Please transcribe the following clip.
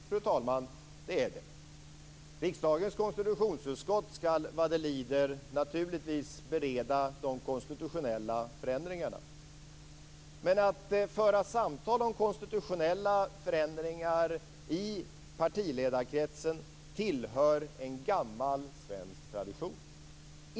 Fru talman! Ja, det är det. Riksdagens konstitutionsutskott skall vad det lider naturligtvis bereda de konstitutionella förändringarna. Men att föra samtal om konstitutionella förändringar i partiledarkretsen är en gammal svensk tradition.